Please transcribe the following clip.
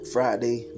Friday